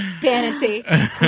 fantasy